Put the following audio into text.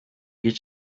buri